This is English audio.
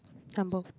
some both